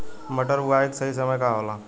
मटर बुआई के सही समय का होला?